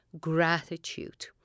gratitude